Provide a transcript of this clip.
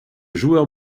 joueur